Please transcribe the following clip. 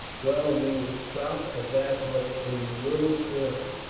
well we will stop at that hut in the little clearing,